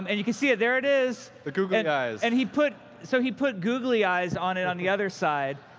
um and you can see it. there it is. the googly and eyes. and he put so he put googly eyes on it on the other side.